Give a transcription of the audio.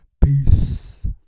Peace